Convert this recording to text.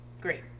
great